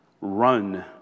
run